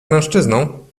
mężczyzną